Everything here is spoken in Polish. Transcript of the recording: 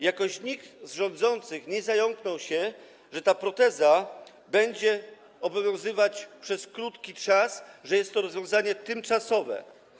Jakoś nikt z rządzących nie zająknął się, że ta proteza będzie obowiązywać krótki czas, że jest to rozwiązanie tymczasowe.